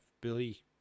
Billy